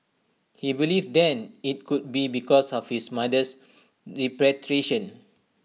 he believed then IT could be because of his mother's repatriation